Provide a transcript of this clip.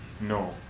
no